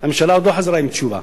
והממשלה עוד לא חזרה עם תשובה.